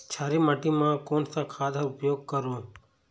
क्षारीय माटी मा कोन सा खाद का उपयोग करों?